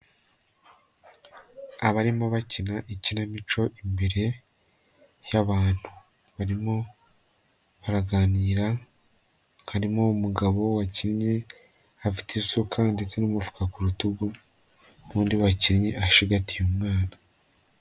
Abarimo bakina ikinamico imbere y'abantu barimo baraganira, harimo umugabo wakinnye afite isuka ndetse n'umufuka ku rutugu n'undi wakinnye ashigatiye umwana.